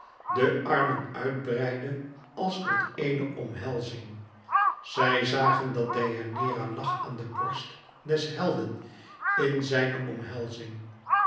de armen uit breidde als tot eene omhelzing zij zagen dat deianeira lag aan de borst des helden in zijne omhelzing